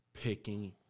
picking